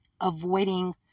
avoiding